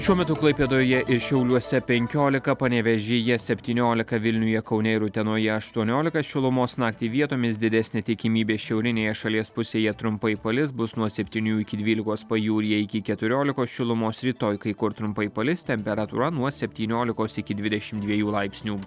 šiuo metu klaipėdoje ir šiauliuose penkiolika panevėžyje septyniolika vilniuje kaune ir utenoje aštuoniolika šilumos naktį vietomis didesnė tikimybė šiaurinėje šalies pusėje trumpai palis bus nuo septynių iki dvylikos pajūryje iki keturiolikos šilumos rytoj kai kur trumpai palis temperatūra nuo septyniolikos iki dvidešim dviejų laipsnių